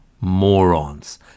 morons